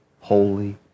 holy